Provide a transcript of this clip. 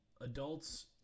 adults